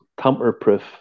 tamper-proof